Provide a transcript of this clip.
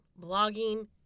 Blogging